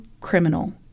criminal